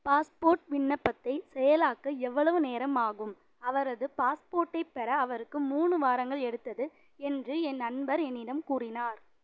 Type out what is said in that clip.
passport விண்ணப்பத்தை செயலாக்க எவ்வளவு நேரம் ஆகும் அவரது பாஸ்போர்ட்டைப் பெற அவருக்கு மூணு வாரங்கள் எடுத்தது என்று என் நண்பர் என்னிடம் கூறினார்